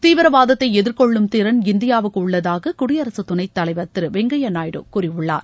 தீவிரவாதத்தை எதிர்கொள்ளும் திறன் இந்தியாவுக்கு உள்ளதாக குடியரசுத் துணைத்தலைவர் திரு வெங்கையா நாயுடு கூறியுள்ளார்